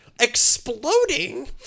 exploding